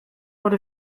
would